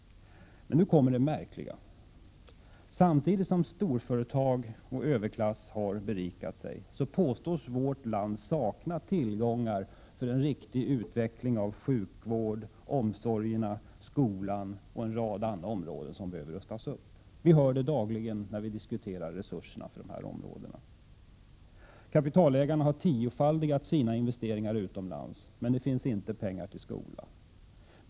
Men nu kommer det märkliga: Samtidigt som storföretag och överklass har berikat sig påstås vårt land sakna tillgångar för en riktig utveckling av sjukvård, omsorger, skola och en rad andra områden som behöver rustas upp. Det hör vi dagligen i diskussioner om resurserna på dessa områden. Kapitalägarna har tiofaldigat sina investeringar utomlands, men det finns inte pengar till skolan.